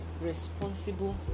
responsible